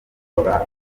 bakora